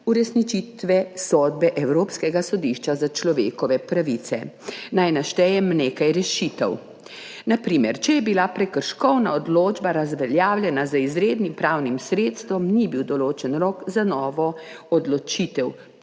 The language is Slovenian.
uresničitve sodbe Evropskega sodišča za človekove pravice. Naj naštejem nekaj rešitev. Na primer, če je bila prekrškovna odločba razveljavljena z izrednim pravnim sredstvom, ni bil določen rok za novo odločitev, bila